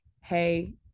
hey-